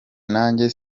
nanjye